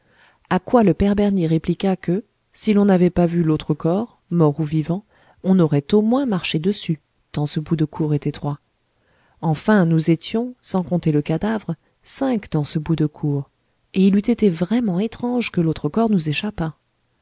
à quoi le père bernier répliqua que si l'on n'avait pas vu l'autre mort ou vivant on aurait au moins marché dessus tant ce bout de cour est étroit enfin nous étions sans compter le cadavre cinq dans ce bout de cour et il eût été vraiment étrange que l'autre corps nous échappât